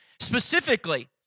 specifically